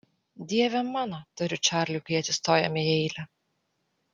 dieve mano tariu čarliui kai atsistojame į eilę